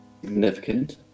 Significant